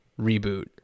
reboot